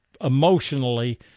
emotionally